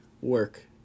work